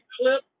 clip